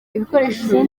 ibikoresho